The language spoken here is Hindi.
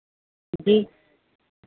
जी